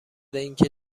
اینکه